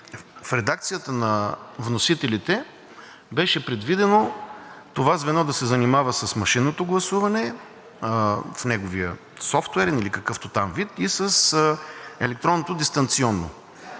в редакцията на вносителите беше предвидено това звено да се занимава с машинното гласуване, неговия софтуер или в какъвто там вид и с електронното дистанционно.